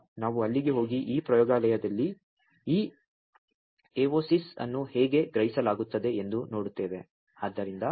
ಆದ್ದರಿಂದ ನಾವು ಅಲ್ಲಿಗೆ ಹೋಗಿ ಈ ಪ್ರಯೋಗಾಲಯದಲ್ಲಿ ಈ ಎವೋಸಿಸ್ ಅನ್ನು ಹೇಗೆ ಗ್ರಹಿಸಲಾಗುತ್ತದೆ ಎಂದು ನೋಡುತ್ತೇವೆ